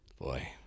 Boy